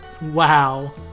Wow